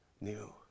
new